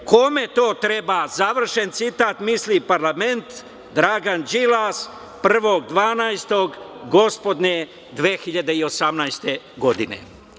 Kome to treba?, završen citat, misli parlament, Dragan Đilas 1. decembra, gospodnje 2018. godine.